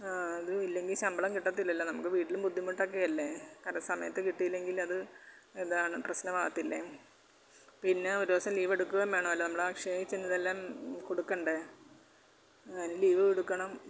ആ അതും ഇല്ലെങ്കി ശമ്പളം കിട്ടത്തില്ലല്ലോ നമക്ക് വീട്ടിലും ബുദ്ധിമുട്ടക്കെയല്ലെ കാരണം സമയത്ത് കിട്ടീല്ലെങ്കില് അത് ഏതാണ് പ്രസ്നമാവത്തില്ലെ പിന്നെ ഒര് ദോസം ലീവ് എടുക്കുകേം മേണോല്ലൊ നമ്മളാ അക്ഷയായി ചെന്ന് ഇതെല്ലാം കൊടുക്കണ്ടേ അയിന് ലീവും എടുക്കണം